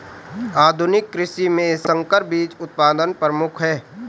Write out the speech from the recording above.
आधुनिक कृषि में संकर बीज उत्पादन प्रमुख है